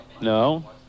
No